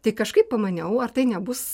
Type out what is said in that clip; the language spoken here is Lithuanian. tai kažkaip pamaniau ar tai nebus